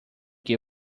que